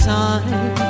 time